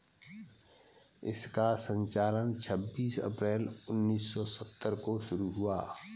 इसका संचालन छब्बीस अप्रैल उन्नीस सौ सत्तर को शुरू हुआ